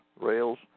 rails